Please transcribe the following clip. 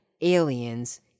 aliens